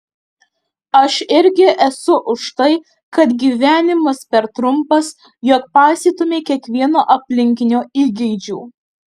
aš irgi esu už tai kad gyvenimas per trumpas jog paisytumei kiekvieno aplinkinio įgeidžių